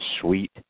Sweet